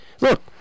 look